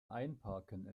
einparken